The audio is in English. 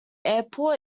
airport